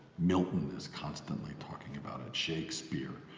milton is constantly talking about it, shakespeare,